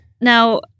Now